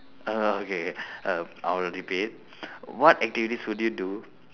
err okay err I'll repeat what activities would you do